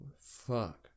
fuck